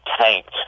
tanked